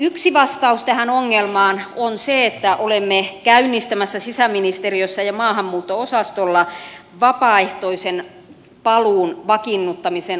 yksi vastaus tähän ongelmaan on se että olemme käynnistämässä sisäministeriössä ja maahanmuutto osastolla vapaaehtoisen paluun vakiinnuttamisen ohjelmaa